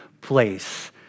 place